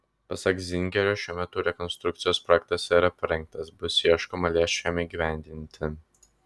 pasak zingerio šiuo metu rekonstrukcijos projektas yra parengtas bus ieškoma lėšų jam įgyvendinti